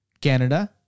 Canada